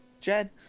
Jed